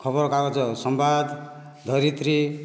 ଖବରକାଗଜ ସମ୍ବାଦ ଧରିତ୍ରୀ